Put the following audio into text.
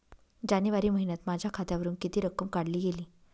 जानेवारी महिन्यात माझ्या खात्यावरुन किती रक्कम काढली गेली?